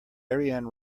ariane